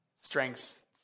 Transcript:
strength